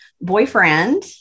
boyfriend